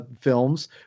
films